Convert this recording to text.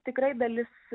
tikrai dalis